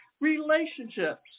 relationships